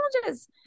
challenges